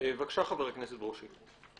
חבר הכנסת ברושי.